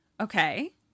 Okay